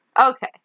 okay